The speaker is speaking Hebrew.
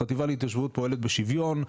החטיבה להתיישבות פועלת בשוויון,